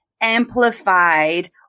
amplified